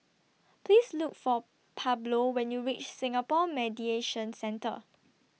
Please Look For Pablo when YOU REACH Singapore Mediation Centre